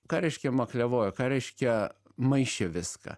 ką reiškia maklevojo ką reiškia maišė viską